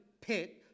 pit